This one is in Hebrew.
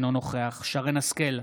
אינו נוכח שרן מרים השכל,